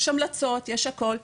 יש המלצות, יש הכול.